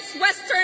western